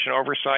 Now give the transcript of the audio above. oversight